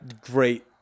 great